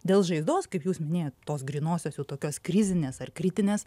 dėl žaizdos kaip jūs minėjot tos grynosios jau tokios krizinės ar kritinės